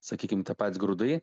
sakykim tie pats grūdai